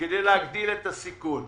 כדי להגדיל את הסיכון.